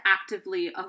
actively